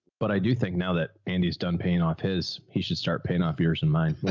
but i do think now that andy has done paying off his, he should start paying off years in mind.